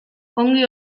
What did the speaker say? ongi